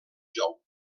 jou